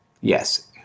Yes